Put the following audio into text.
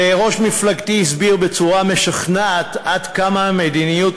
וראש מפלגתי הסביר בצורה משכנעת עד כמה מדיניות